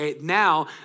now